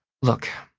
look,